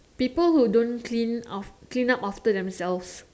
people who don't clean of clean up after themselves